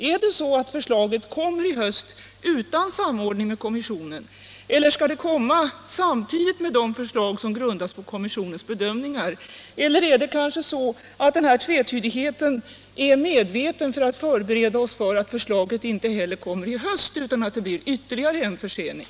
Är det så att förslaget kommer i höst utan samordning med energikommissionen, eller skall det komma samtidigt med de förslag som grundar sig på kommissionens bedömningar? Eller är det kanske så att denna tvetydighet är medveten för att förbereda oss på att förslaget inte heller kommer till hösten utan att det blir ytterligare en försening?